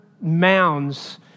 mounds